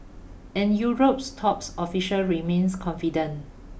and Europe's top officials remain confident